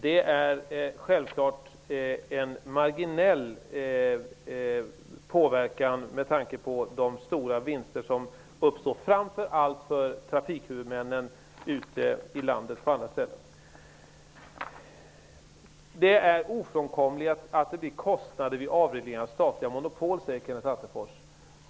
Det är självklart en marginell påverkan med tanke på de stora vinster som uppnås framför allt för trafikhuvudmännen på olika ställen i landet. Det är ofrånkomligt att det blir kostnader vid avreglering av statliga monopol, säger Kenneth Attefors.